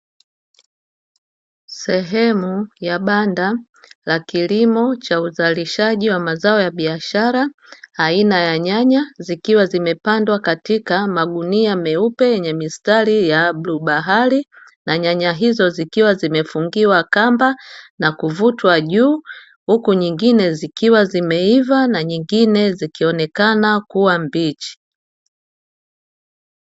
Sehemu ya banda la kilimo cha uzalishaji wa mazao ya biashara aina ya nyanya, zikiwa zimepandwa katika mabunia meupe yenye mistari ya bluu bahari, na nyanya hizo zikiwa zimefungiwa kamba na kuvutwa juu, huku nyingine zikiwa zimeiva na nyingine zikionekana kuwa mbichi.